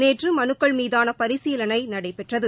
நேற்று மனுக்கள் மீதான பரிசீலளை நடைபெற்றது